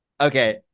Okay